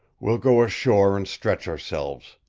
we'll go ashore and stretch ourselves,